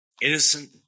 Innocent